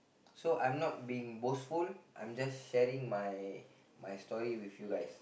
so I'm not being boastful I'm just sharing my my story with you guys